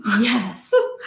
Yes